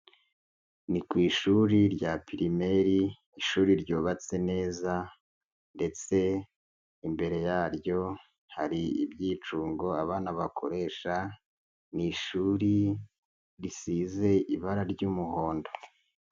Ni ku ishuri rya pirimeri, ishuri ryubatse neza ndetse imbere yaryo hari ibyicungo abana bakoresha, ni ishuri risize ibara ry'umuhondo.